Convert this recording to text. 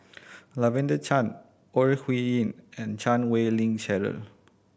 Lavender Chang Ore Huiying and Chan Wei Ling Cheryl